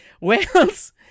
Wales